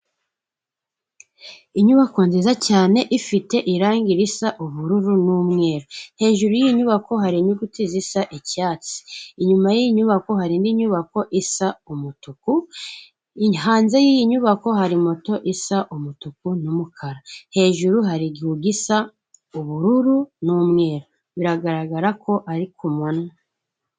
Inyubako nziza cyane ifite irangi risa ubururu n'umweru. Hejuru y'iyi nyubako hari inyuguti zisa icyatsi. Inyuma y'iyi nyubako hari indi nyubako isa umutuku, hanze y'iyi nyubako hari moto isa umutuku n'umukara. Hejuru hari igihu gisa ubururu n'umweru. Biragaragara ko ari ku manywa.